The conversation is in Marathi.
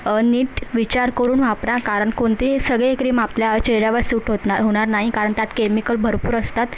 नीट विचार करून वापरा कारण कोणते सगळे क्रीम आपल्या चेहऱ्यावर सूट होत ना होणार नाही कारण त्यात केमिकल भरपूर असतात